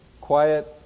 Quiet